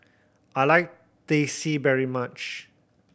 I like Teh C very much